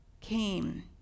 came